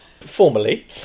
formally